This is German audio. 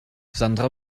sandra